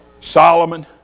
Solomon